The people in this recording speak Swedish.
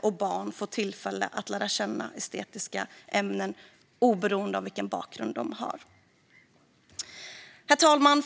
och unga får tillfälle att lära känna estetiska ämnen oberoende av vilken bakgrund de har. Herr talman!